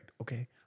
Okay